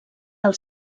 del